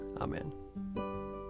Amen